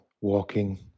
walking